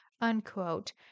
unquote